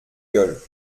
gueule